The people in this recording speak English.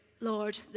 Lord